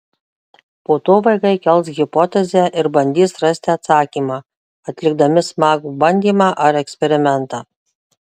po to vaikai kels hipotezę ir bandys rasti atsakymą atlikdami smagų bandymą ar eksperimentą